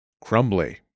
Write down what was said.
Crumbly